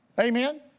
Amen